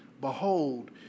Behold